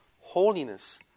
Holiness